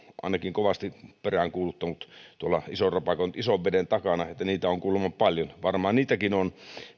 ainakin kovasti peräänkuuluttanut tuolla ison rapakon ison veden takana että niitä on kuulemma paljon varmaan niitäkin on